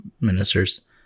ministers